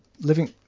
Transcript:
living